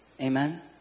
Amen